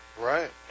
right